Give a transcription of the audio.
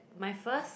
my first